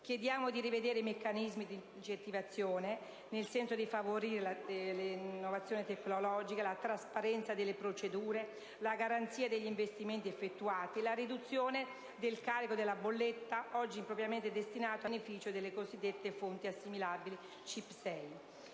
Chiediamo di rivedere i meccanismi di incentivazione nel senso di favorire l'innovazione tecnologica, la trasparenza delle procedure e la garanzia degli investimenti effettuati. Chiediamo la riduzione del carico sulla bolletta elettrica, oggi impropriamente destinato a beneficio delle cosiddette fonti assimilate CIP6.